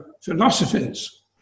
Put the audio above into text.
philosophies